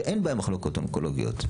שאין בהם מחלקות אונקולוגיות,